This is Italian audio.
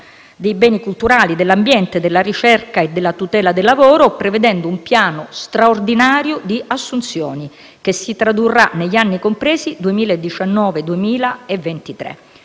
dei beni culturali, dell'ambiente, della ricerca e della tutela del lavoro, prevedendo un piano straordinario di assunzioni che si tradurrà in realtà negli anni compresi dal 2019